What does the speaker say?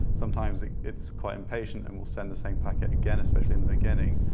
sometimes, it's quite impatient and will send the same packet again, especially in the beginning,